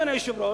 אדוני היושב-ראש,